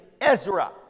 Ezra